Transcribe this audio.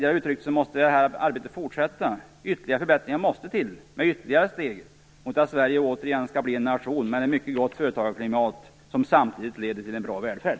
Arbetet måste fortsätta. Det måste till ytterligare förbättringar. Det måste tas ytterligare steg mot att Sverige återigen skall bli en nation med ett mycket gott företagarklimat som samtidigt leder till bra välfärd.